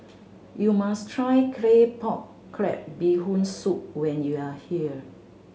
you must try Claypot Crab Bee Hoon Soup when you are here